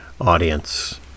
audience